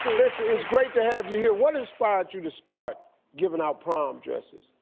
this is great to have you here. what inspired you to start giving out prom dresses?